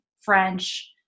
French